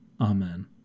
Amen